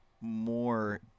more